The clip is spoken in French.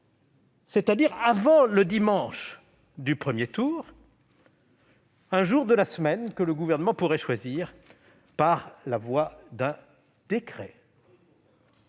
c'est-à-dire, avant le dimanche du premier tour, un jour de la semaine que le Gouvernement pourrait choisir par la voie d'un décret.